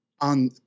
on